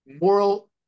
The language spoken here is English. moral